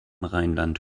rheinland